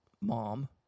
mom